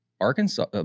arkansas